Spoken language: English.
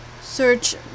search